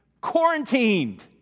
Quarantined